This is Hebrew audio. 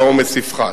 והעומס יפחת.